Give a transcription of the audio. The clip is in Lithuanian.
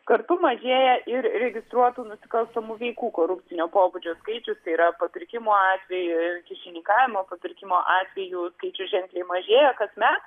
kartu mažėja ir registruotų nusikalstamų veikų korupcinio pobūdžio skaičius yra papirkimo atvejų kyšininkavimo papirkimo atvejų skaičius ženkliai mažėja kasmet